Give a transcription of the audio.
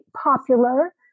popular